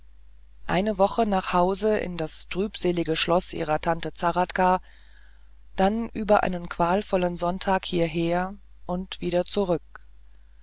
eine woche nach hause in das trübselige schloß ihrer tante zahradka dann über einen qualvollen sonntag hieher und wieder zurück